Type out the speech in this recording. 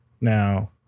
Now